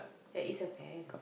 there is a fence